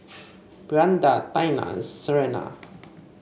Brianda Taina Serena